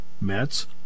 Mets